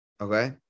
Okay